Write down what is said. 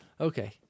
Okay